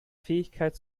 fähigkeit